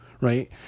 Right